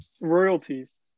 Royalties